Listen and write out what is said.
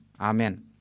Amen